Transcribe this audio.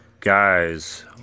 Guys